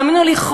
תאמינו לי,